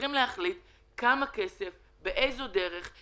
צריכים להחליט על כמה כסף ובאיזו דרך...